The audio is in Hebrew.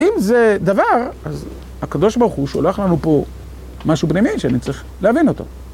אם זה דבר, אז הקדוש ברוך הוא שולח לנו פה משהו פנימי שאני צריך להבין אותו.